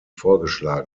vorgeschlagen